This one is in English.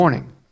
morning